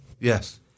Yes